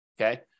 okay